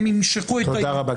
הם ימשכו את --- תודה רבה,